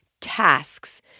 tasks